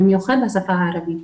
ובמיוחד לשפה הערבית.